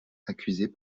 accusés